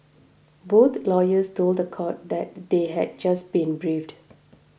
both lawyers told the court that they had just been briefed